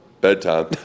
bedtime